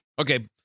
Okay